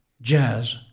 jazz